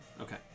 Okay